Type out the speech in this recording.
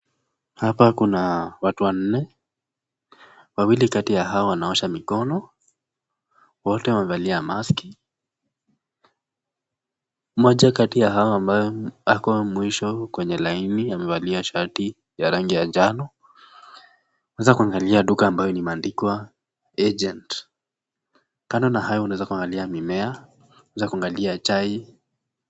Hapa kuna watu wanne ,wawili katika ya hawa wanaosha mikono ,wote wamevalia mask .Mmoja kati ya hawa ako mwisho ya laini amevalia shati ya rangi ya jano, waanza kuangali duka ambalo imeandikwa agent .Kando na hayo wameanza kuangalia mimea za kuangalia chai.